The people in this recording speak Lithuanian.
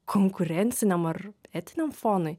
konkurenciniam ar etiniam fonui